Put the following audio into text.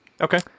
Okay